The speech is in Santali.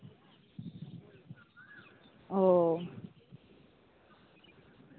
ᱚ